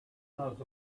knows